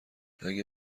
اگه